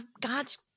God's